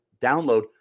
download